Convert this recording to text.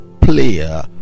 player